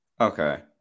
Okay